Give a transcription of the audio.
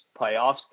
playoffs